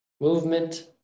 movement